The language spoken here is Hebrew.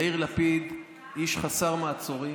יאיר לפיד, איש חסר מעצורים,